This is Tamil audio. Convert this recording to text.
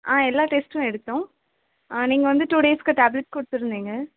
ஆ எல்லா டெஸ்ட்டும் எடுத்தோம் ஆ நீங்கள் வந்து டூ டேஸுக்கு டேப்லெட் கொடுத்துருந்திங்க